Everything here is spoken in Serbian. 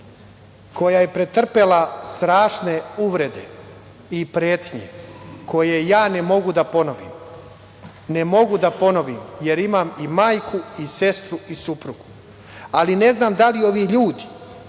koja je pretrpela strašne uvrede i pretnje koje ja ne mogu da ponovim. Ne mogu da ponovim, jer imam i majku i sestru i suprugu, ali ne znam da li ovi ljudi